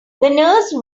nurse